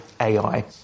AI